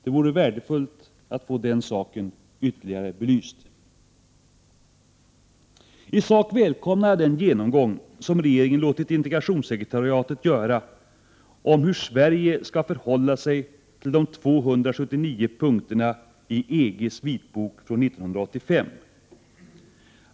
Det vore värdefullt att få denna sak ytterligare belyst. I sak välkomnar jag den genomgång som regeringen har låtit integrationssekretariatet göra om hur Sverige skall förhålla sig till de 279 punkterna i EG:s vitbok från 1985.